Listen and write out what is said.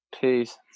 Peace